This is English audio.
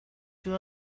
you